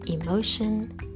emotion